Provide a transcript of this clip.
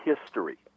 history